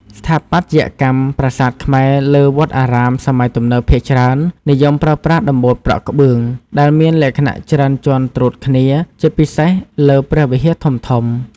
ស្ថាបត្យកម្មប្រាសាទខ្មែរលើវត្តអារាមសម័យទំនើបភាគច្រើននិយមប្រើប្រាស់ដំបូលប្រក់ក្បឿង ដែលមានលក្ខណៈច្រើនជាន់ត្រួតគ្នា ជាពិសេសលើព្រះវិហារធំៗ។